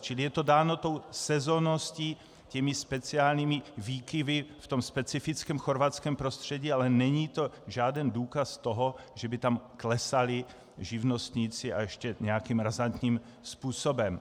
Čili je to dáno tou sezónností, těmi speciálními výkyvy ve specifickém chorvatském prostředí, ale není to žádný důkaz toho, že by tam klesali živnostníci, a ještě nějakým razantním způsobem.